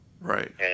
Right